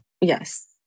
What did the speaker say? yes